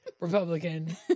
Republican